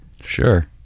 Sure